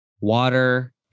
water